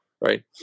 right